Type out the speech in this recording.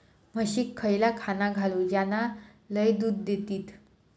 म्हशीक खयला खाणा घालू ज्याना लय दूध देतीत?